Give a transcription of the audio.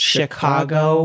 Chicago